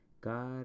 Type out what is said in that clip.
god